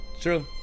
true